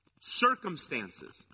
circumstances